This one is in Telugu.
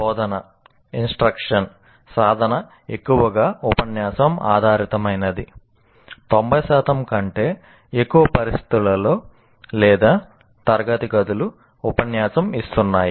బోధన సాధన ఎక్కువగా ఉపన్యాసం ఆధారితమైనది 90 శాతం కంటే ఎక్కువ పరిస్థితులలో లేదా తరగతి గదులు ఉపన్యాసం ఇస్తున్నాయి